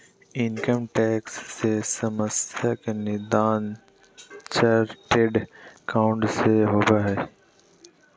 income tax से समस्या के निदान चार्टेड एकाउंट से होबो हइ